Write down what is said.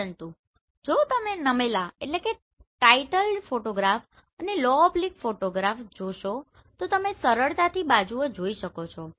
પરંતુ જો તમે નમેલા ફોટોગ્રાફ અને લો ઓબ્લીક ફોટોગ્રાફ જોશો તો તમે સરળતાથી બાજુઓ જોઈ શકો છો